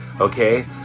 Okay